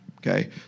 Okay